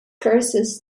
curses